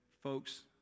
folks